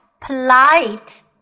polite